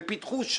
ושם פיתחו,